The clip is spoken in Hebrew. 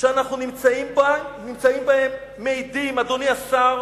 שאנחנו נמצאים בהם מעידים, אדוני השר,